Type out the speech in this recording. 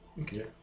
Okay